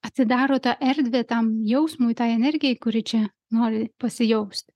atidarote erdvę tam jausmui tai energijai kuri čia nori pasijausti